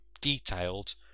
detailed